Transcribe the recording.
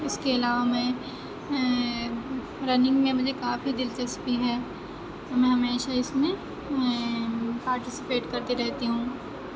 اِس کے علاوہ میں رننگ میں مجھے کافی دلچسپی ہے میں ہمیشہ اِس میں پارٹیسپیٹ کرتی رہتی ہوں